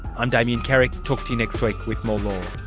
i'm damien carrick, talk to you next week with more